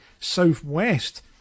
southwest